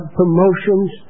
promotions